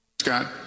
Scott